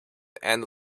and